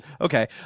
okay